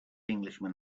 englishman